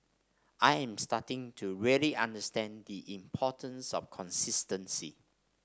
I am starting to really understand the importance of consistency